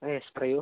S പറയൂ